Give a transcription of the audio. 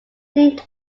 named